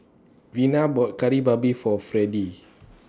Vena bought Kari Babi For Freddie